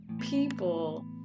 people